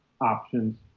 options